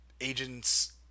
agents